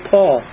Paul